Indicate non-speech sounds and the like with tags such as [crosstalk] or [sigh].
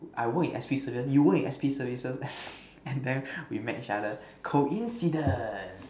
I work in S_P student you work in S_P services [breath] and than we met each other coincidence